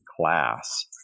class